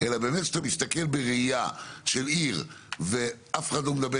אלא באמת כשאתה מסתכל בראייה של עיר ואף אחד לא מדבר